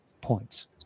points